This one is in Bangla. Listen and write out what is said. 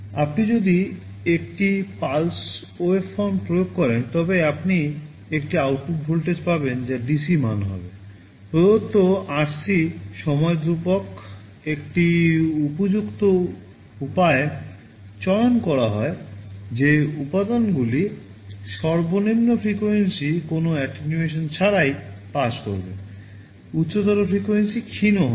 এখন এই PWM ওয়েভফর্ম করবে উচ্চতর ফ্রিকোয়েন্সি ক্ষীণ হবে